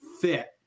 fit